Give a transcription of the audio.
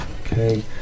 Okay